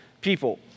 people